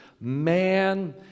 man